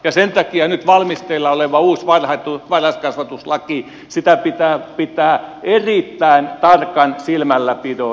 sen takia nyt valmisteilla olevaa uutta varhaiskasvatuslakia pitää pitää erittäin tarkan silmälläpidon alla